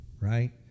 right